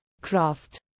Craft